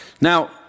now